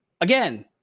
again